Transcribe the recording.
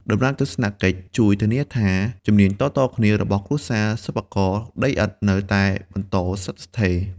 ដំណើរទស្សនកិច្ចជួយធានាថា ជំនាញតៗគ្នា របស់គ្រួសារសិប្បករដីឥដ្ឋនៅតែបន្តស្ថិតស្ថេរ។